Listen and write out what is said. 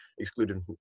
excluded